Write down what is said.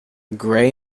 gray